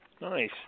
Nice